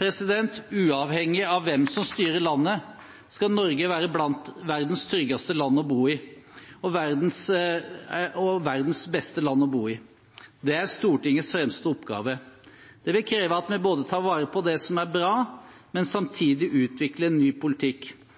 Uavhengig av hvem som styrer landet, skal Norge være blant verdens tryggeste land å bo i og verdens beste land å bo i. Det er Stortingets fremste oppgave. Det vil kreve at vi både tar vare på det som er bra og samtidig utvikler ny politikk. Jeg ser fram til en ny